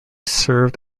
served